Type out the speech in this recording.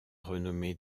renommée